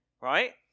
right